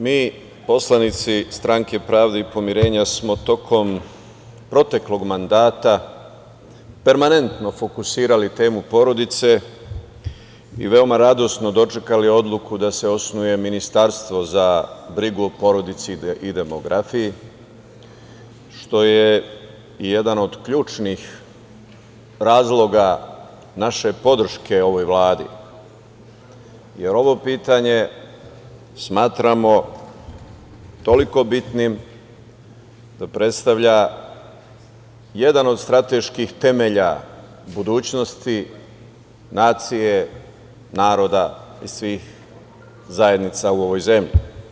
Mi poslanici Stranke pravde i pomirenja smo tokom proteklog mandata permanentno fokusirali temu porodice i veoma radosno dočekali odluku da se osnuje Ministarstvo za brigu o porodici i demografiji, što je jedan od ključnih razloga naše podrške ovoj Vladi, jer ovo pitanje smatramo toliko bitnim da predstavlja jedan od strateških temelja budućnosti nacije, naroda i svih zajednica u ovoj zemlji.